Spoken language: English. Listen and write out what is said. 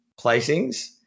placings